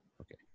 Okay